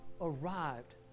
arrived